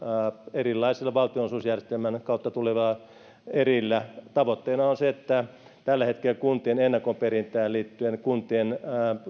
erilaisilla valtionosuusjärjestelmän kautta tulevilla erillä tavoitteena on se että tällä hetkellä kuntien ennakkoperintään liittyviä kuntien